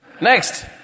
Next